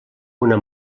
una